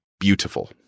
beautiful